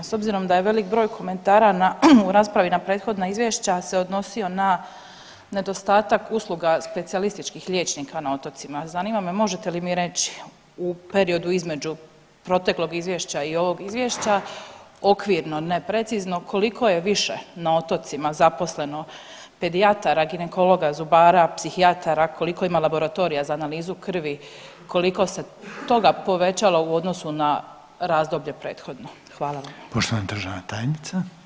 S obzirom da je velik broj komentara u raspravi na prethodna izvješća se odnosio na nedostatak usluga specijalističkih liječnika na otocima, zanima me možete li mi reći u periodu između proteklog izvješća i ovog izvješća okvirno, ne precizno, koliko je više na otocima zaposleno pedijatra, ginekologa, zubara, psihijatara, koliko ima laboratorija za analizu krvi, koliko se toga povećalo u odnosu na razdoblje prethodno?